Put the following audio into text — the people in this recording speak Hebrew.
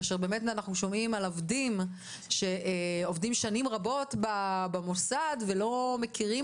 כאשר אנחנו שומעים על מי שעובדים שנים רבות במוסד ולא מכירים